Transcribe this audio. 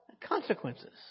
Consequences